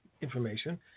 information